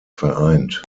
vereint